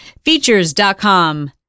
Features.com